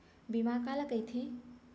बीमा काला कइथे?